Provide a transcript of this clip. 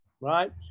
right